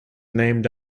named